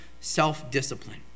self-discipline